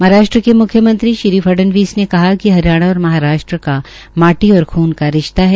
महाराष्ट्र के म्ख्यमंत्री श्री देवेंद्र फडऩवीस ने कहा कि हरियाणा और महाराष्ट्र का माटी और खून का रिश्ता है